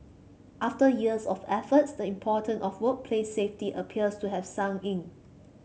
after years of effort the important of workplace safety appears to have sunk in